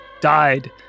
died